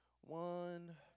one